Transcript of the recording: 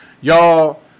y'all